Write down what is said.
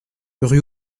rue